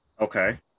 Okay